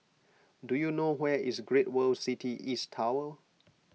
do you know where is Great World City East Tower